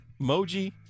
emoji